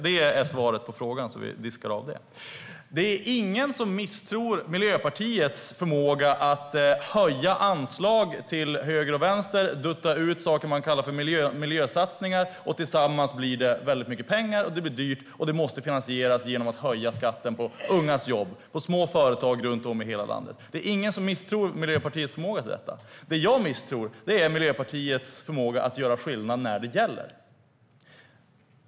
Det är svaret på frågan, så vi klarar av den. Det är ingen som misstror Miljöpartiets förmåga att höja anslag till höger och vänster och att dutta ut saker man kallar för miljösatsningar. Tillsammans blir det väldigt mycket pengar. Det blir dyrt och måste finansieras genom att höja skatten på ungas jobb och på små företag runt om i hela landet. Det är ingen som misstror Miljöpartiets förmåga till detta. Det jag misstror är Miljöpartiets förmåga att göra skillnad när det gäller.